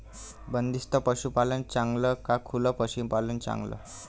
बंदिस्त पशूपालन चांगलं का खुलं पशूपालन चांगलं?